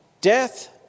Death